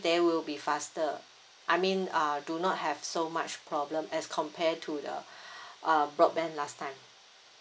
they will be faster uh I mean uh do not have so much problem as compared to the err broadband last time